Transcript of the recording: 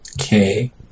Okay